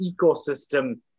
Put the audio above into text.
ecosystem